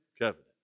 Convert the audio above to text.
covenant